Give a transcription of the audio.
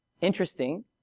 Interesting